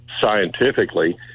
scientifically